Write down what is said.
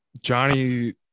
johnny